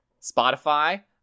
Spotify